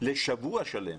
שבוע שלם